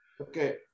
okay